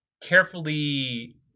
carefully